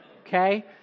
Okay